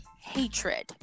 hatred